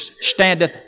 standeth